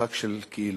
משחק של "כאילו".